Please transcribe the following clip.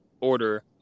order